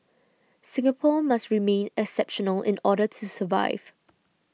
Singapore must remain exceptional in order to survive